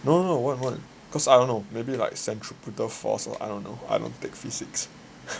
no no what what cause I don't know maybe like centripetal force or I don't know I don't take physics